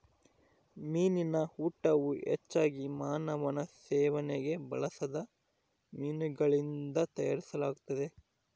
ಮೀನಿನ ಊಟವು ಹೆಚ್ಚಾಗಿ ಮಾನವನ ಸೇವನೆಗೆ ಬಳಸದ ಮೀನುಗಳಿಂದ ತಯಾರಿಸಲಾಗುತ್ತದೆ